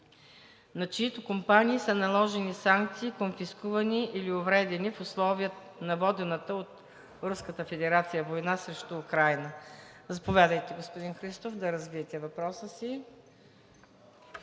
на чиито компании са наложени санкции, конфискувани или увредени в условията на водената от Руската федерация война срещу Украйна. Заповядайте, господин Христов, да развиете въпроса си.